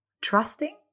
Trusting